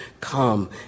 Come